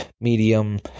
medium